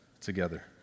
together